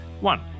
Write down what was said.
One